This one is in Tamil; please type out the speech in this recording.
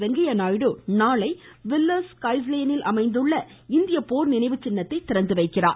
வெங்கய்ய நாயுடு நாளை வில்லா்ஸ் கைஸ்லேனில் அமைந்துள்ள இந்திய போர் நினைவுச் சின்னத்தை திறந்து வைக்கிறார்